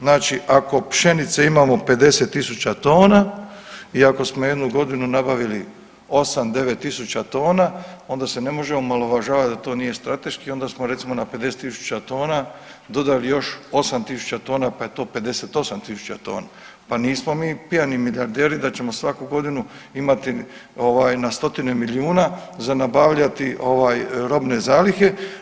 Znači ako pšenice imamo 50.000 tona i ako smo jednu godinu nabavili 8-9.000 tona onda se ne može omalovažavati da to nije strateški onda smo recimo na 50.000 tona dodali još 8.000 tona pa je to 58.000 tona, pa nismo mi pijani milijarderi da ćemo svaku godinu imati ovaj na stotine milijuna za nabavljati ovaj robne zalihe.